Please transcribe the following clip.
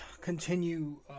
continue